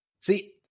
See